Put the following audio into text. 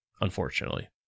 unfortunately